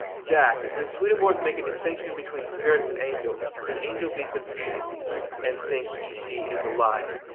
jack. does swedenborg make a distinction between spirits and angels? could an angel be confused and think he she is alive?